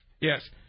Yes